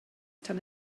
tan